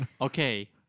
Okay